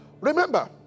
Remember